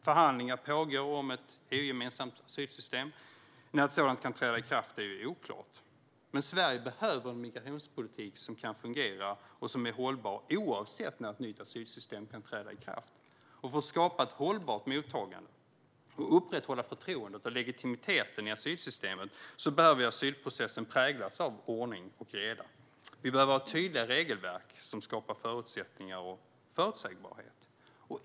Förhandlingar pågår om ett EU-gemensamt asylsystem, men när ett sådant kan träda i kraft är oklart. Sverige behöver en migrationspolitik som kan fungera och som är hållbart oavsett när ett nytt asylsystem kan träda i kraft. För att skapa ett hållbart mottagande, för att upprätthålla förtroendet och legitimiteten i asylsystemet behöver asylprocessen präglas av ordning och reda. Vi behöver ha tydliga regelverk som skapar förutsättningar och förutsägbarhet.